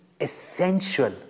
essential